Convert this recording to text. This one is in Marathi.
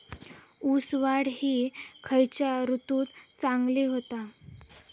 ऊस वाढ ही खयच्या ऋतूत चांगली होता?